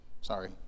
Sorry